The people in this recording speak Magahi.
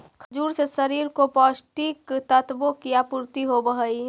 खजूर से शरीर को पौष्टिक तत्वों की आपूर्ति होवअ हई